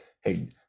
hey